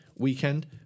weekend